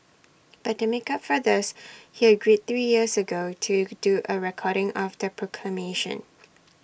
but to make up for this he agreed three years ago to do A recording of the proclamation